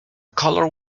color